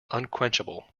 unquenchable